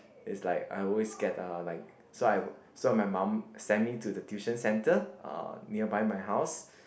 is like I always get uh like so I so my mum send me to the tuition centre uh nearby my house